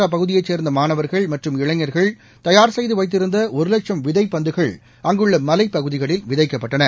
அப்பகுதியைச் சேந்த மாணவா்கள் மற்றும் இளைஞா்கள் தயார் செய்து வைத்திருந்த ஒரு வட்சம் விதைப் பந்துகள் அங்குள்ள மலைப்பகுதிகளில் விதைக்கப்பட்டன